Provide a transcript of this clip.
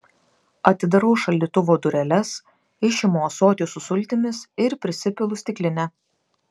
atidarau šaldytuvo dureles išimu ąsotį su sultimis ir prisipilu stiklinę